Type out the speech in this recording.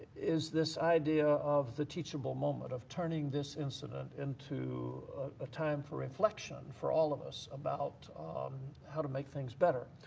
is this idea of the teachable moment, of turning this incident into a time for reflection for all of us about um how to make things better.